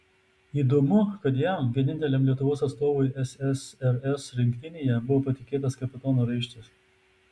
įdomu kad jam vieninteliam lietuvos atstovui ssrs rinktinėje buvo patikėtas kapitono raištis